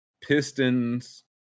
Pistons